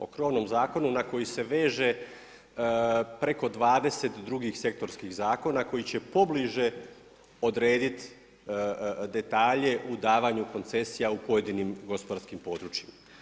O krovnom zakonu na koji se veže preko 20 drugih sektorskih zakona, koji će pobliže odrediti detalje u davanju koncesija u pojedinim gospodarskim područjima.